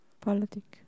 Politics